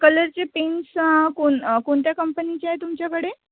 कलरचे पेन्स कोणकोणत्या कंपनीचे आहे तुमच्याकडे